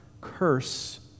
curse